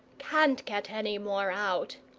can't get any more out.